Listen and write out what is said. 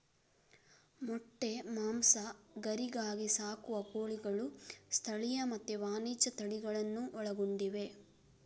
ಮೊಟ್ಟೆ, ಮಾಂಸ, ಗರಿಗಾಗಿ ಸಾಕುವ ಕೋಳಿಗಳು ಸ್ಥಳೀಯ ಮತ್ತೆ ವಾಣಿಜ್ಯ ತಳಿಗಳನ್ನೂ ಒಳಗೊಂಡಿವೆ